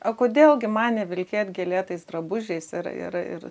o kodėl gi man nebevilkėt gėlėtais drabužiais ir ir ir